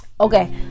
okay